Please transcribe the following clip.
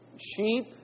Sheep